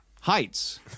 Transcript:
Heights